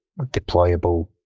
deployable